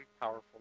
powerful